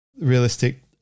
realistic